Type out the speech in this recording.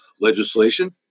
legislation